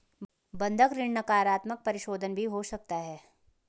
बंधक ऋण नकारात्मक परिशोधन भी हो सकता है